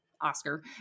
Oscar